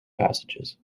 passages